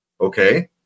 Okay